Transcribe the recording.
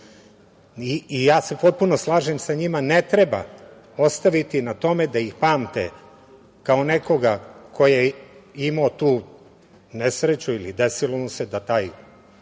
Ja se potpuno slažem sa njima da ne treba ostaviti na tome da ih pamte kao nekoga ko je imao tu nesreću ili desilo mu se da taj